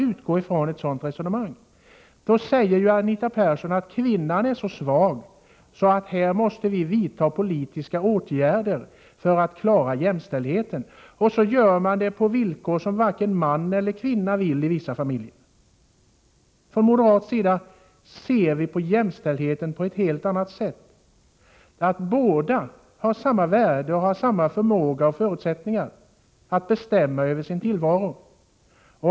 Anita Perssons resonemang innebär att kvinnan är så svag att vi måste vidta politiska åtgärder för att klara jämställdheten. Och det gör man på villkor som varken mannen eller kvinnan vill i vissa familjer. Från moderat sida ser vi på jämställdheten på ett helt annat sätt. Vi menar att båda föräldrarna har samma värde, samma förmåga och samma förutsättningar att bestämma över sin tillvaro.